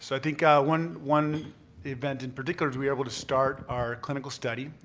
so i think yeah one one event in particular to be able to start our clinical study.